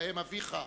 ובהם אביך,